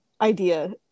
idea